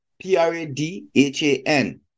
P-R-A-D-H-A-N